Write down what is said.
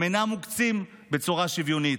הם אינם מוקצים בצורה שוויונית.